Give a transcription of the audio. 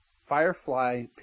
Firefly